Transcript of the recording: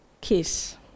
kiss